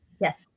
Yes